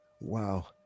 wow